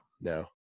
No